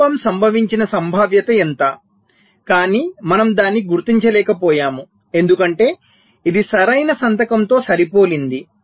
లోపం సంభవించిన సంభావ్యత ఎంత కానీ మనము దానిని గుర్తించలేకపోయాము ఎందుకంటే ఇది సరైన సంతకంతో సరిపోలింది